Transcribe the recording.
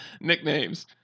nicknames